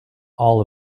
all